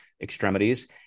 extremities